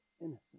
innocent